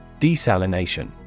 Desalination